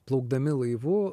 plaukdami laivu